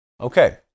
Okay